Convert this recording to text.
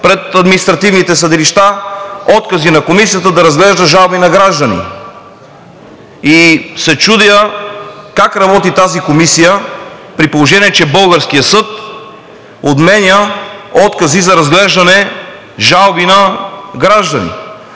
пред административните съдилища откази на Комисията да разглежда жалби на граждани и се чудя как работи тази комисия, при положение че българският съд отменя откази за разглеждане на жалби на граждани.